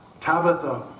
Tabitha